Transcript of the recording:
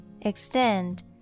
extend